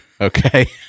Okay